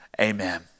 amen